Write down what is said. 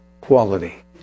quality